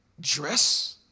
Dress